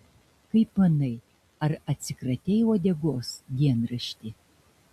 kaip manai ar atsikratei uodegos dienrašti